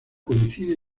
coincide